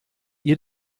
ihr